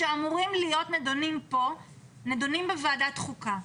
שאמורות להיות נדונות פה נדונות בוועדת חוקה,